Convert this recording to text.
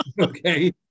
okay